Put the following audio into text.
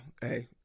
hey